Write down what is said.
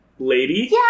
Lady